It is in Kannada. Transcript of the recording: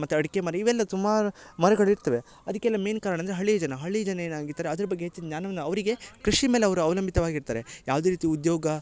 ಮತ್ತು ಅಡ್ಕೆ ಮರ ಇವೆಲ್ಲ ಸುಮಾರು ಮರಗಳು ಇರ್ತವೆ ಅದಕ್ಕೆಲ್ಲ ಮೇಯ್ನ್ ಕಾರಣ ಅಂದರೆ ಹಳ್ಳಿಯ ಜನ ಹಳ್ಳಿಯ ಜನ ಏನಾಗಿರ್ತಾರೆ ಅದ್ರ ಬಗ್ಗೆ ಹೆಚ್ಚಿನ ಜ್ಞಾನವನ್ನ ಅವರಿಗೆ ಕೃಷಿ ಮೇಲೆ ಅವ್ರ ಅವ್ಲಂಬಿತವಾಗಿರ್ತಾರೆ ಯಾವುದೇ ರೀತಿ ಉದ್ಯೋಗ